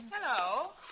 Hello